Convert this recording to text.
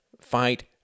fight